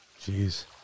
Jeez